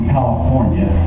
California